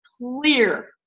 clear